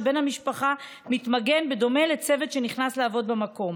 שבו בן המשפחה מתמגן בדומה לצוות שנכנס לעבוד במקום.